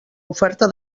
oferta